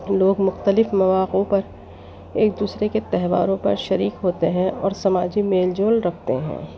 لوگ مختلف مواقعوں پر ایک دوسرے کے تہواروں پر شریک ہوتے ہیں اور سماجی میل جول رکھتے ہیں